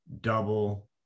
double